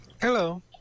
Hello